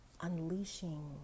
unleashing